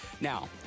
Now